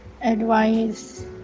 advice